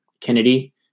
Kennedy